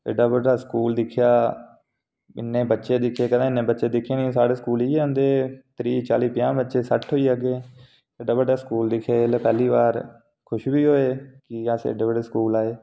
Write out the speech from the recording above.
एह्ड्डा बड्डा स्कूल दिक्खेआ इन्ने बच्चे दिक्खे कदें इन्ने बच्चे दिक्खे निं साढ़े स्कूल इ'यै होंदे हे त्रीह् चाली पंजाह् बच्चे सट्ठ होई जाह्गे एड्डा बड्डा स्कूल दिक्खेआ जेल्लै पैह्ली बार खुश बी होए भई अस एड्डे बड्डे स्कूल आए